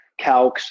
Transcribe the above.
calcs